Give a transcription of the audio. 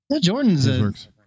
Jordan's